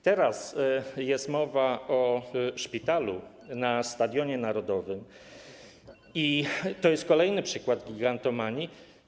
Teraz jest mowa o szpitalu na Stadionie Narodowym i to jest kolejny przykład gigantomanii.